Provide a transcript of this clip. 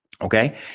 Okay